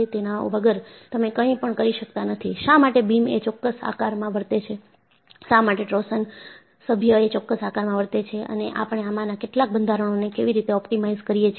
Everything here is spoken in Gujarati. તેના વગર તમે કંઈપણ કરી શકતા નથી શા માટે બીમ એ ચોક્કસ આકારમાં વર્તે છે શા માટે ટોર્સિન સભ્ય એ ચોક્કસ આકારમાં વર્તે છે અને આપણે આમાંના કેટલાક બંધારણોને કેવી રીતે ઑપ્ટિમાઇઝ કરીએ છીએ